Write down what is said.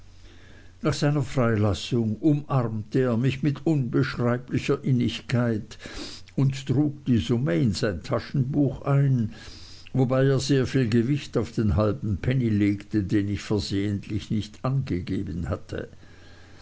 nach seiner freilassung umarmte er mich mit unbeschreiblicher innigkeit und trug die summe in sein taschenbuch ein wobei er sehr viel gewicht auf den halben penny legte den ich versehentlich nicht angegeben hatte